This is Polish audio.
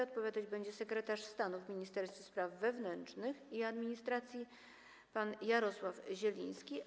Odpowiadać będzie sekretarz stanu w Ministerstwie Spraw Wewnętrznych i Administracji pan Jarosław Zieliński.